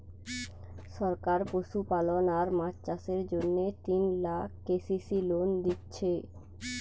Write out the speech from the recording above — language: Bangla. সরকার পশুপালন আর মাছ চাষের জন্যে তিন লাখ কে.সি.সি লোন দিচ্ছে